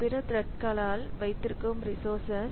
பிற த்ரெட்களால் வைத்திருக்கும் ரிசோர்சஸ்